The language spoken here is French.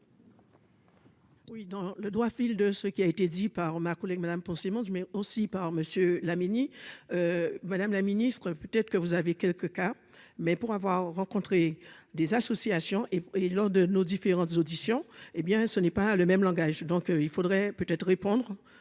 Oui, dans le droit fil de ce qui a été dit par ma collègue Madame pour Simon mais aussi par monsieur la Mini, Madame la Ministre, peut-être que vous avez quelques cas, mais pour avoir rencontré des associations et, lors de nos différentes auditions, hé bien ce n'est pas le même langage, donc il faudrait peut-être répondre